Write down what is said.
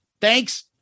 Thanks